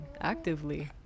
actively